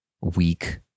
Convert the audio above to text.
weak